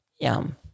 Yum